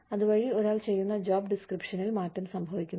അതുവഴി ഒരാൾ ചെയ്യുന്ന ജോബ് ഡിസ്ക്രിപ്ഷനിൽ മാറ്റം സംഭവിക്കുന്നു